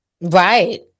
Right